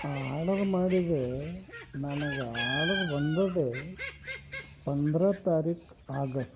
order ಮಾಡಿದೆ ನನಗ order ಬಂದಿದೆ ಪಂದ್ರ ತಾರೀಕು ಆಗಸ್ಟ್